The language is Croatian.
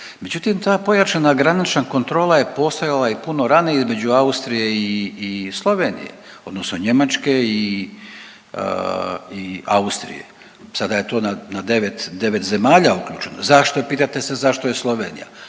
međutim, ta pojačana granična kontrola je postojala i puno ranije između Austrije i Slovenije, odnosno Njemačke i Austrije. Sada je to na 9 zemalja uključeno, zašto je, pitate